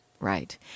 Right